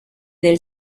del